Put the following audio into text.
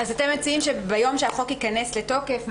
אתם מציעים שביום שהחוק יכנס לתוקף,